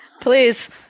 Please